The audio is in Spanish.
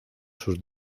sus